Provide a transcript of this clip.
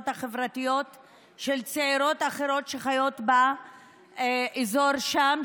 החברתיות של צעירות אחרות שחיות באזור שם,